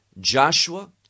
Joshua